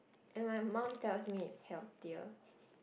and my mum tells me it's healthier